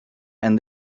and